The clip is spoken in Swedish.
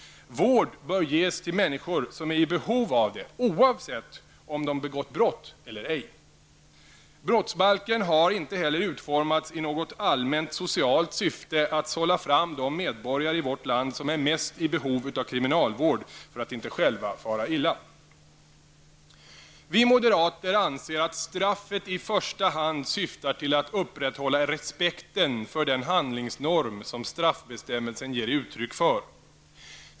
Vård bör ges till människor som är i behov av det, oberoende av om de begått brott eller ej. Brottsbalken har inte heller utformats i något allmänt socialt syfte att sålla fram de medborgare i vårt land som är mest i behov av kriminalvård för att inte själva fara illa. Vi moderater anser att straffet i första hand syftar till att upprätthålla respekten för den handlingsnorm som straffbestämmelsen ger uttryck för.